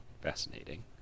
fascinating